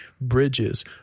bridges